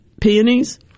peonies